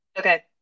okay